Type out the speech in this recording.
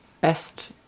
best